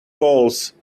poles